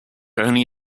only